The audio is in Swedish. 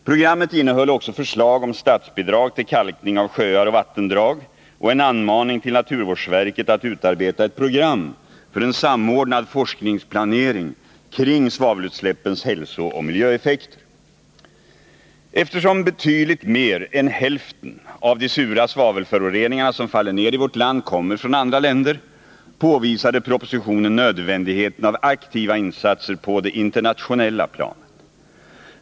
Programmet innehöll också förslag om statsbidrag till kalkning av sjöar och vattendrag och en anmaning till naturvårdsverket att utarbeta ett program för en samordnad forskningsplanering kring svavelutsläppens hälsooch miljöeffekter. Eftersom betydligt mer än hälften av de sura svavelföroreningar som faller ned i vårt land kommer från andra länder, påvisade propositionen nödvändigheten av aktiva insatser på det internationella planet.